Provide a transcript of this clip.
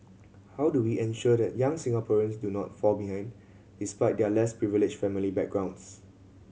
how do we ensure that young Singaporeans do not fall behind despite their less privileged family backgrounds